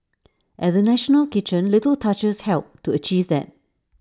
at the national kitchen little touches helped to achieve that